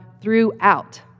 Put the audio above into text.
throughout